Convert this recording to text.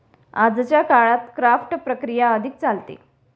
आजच्या काळात क्राफ्ट प्रक्रिया अधिक चालते